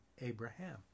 Abraham